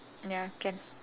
ya can